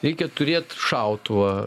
reikia turėt šautuvą